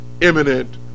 imminent